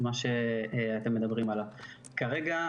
כרגע,